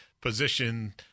position